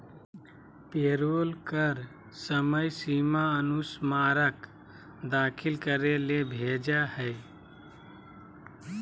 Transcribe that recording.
payroll कर समय सीमा अनुस्मारक दाखिल करे ले भेजय हइ